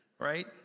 Right